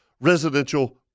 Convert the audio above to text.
residential